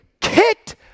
kicked